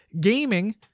Gaming